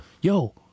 yo